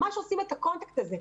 ממש עושים את החיבור הזה.